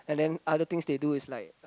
and then other things they do is like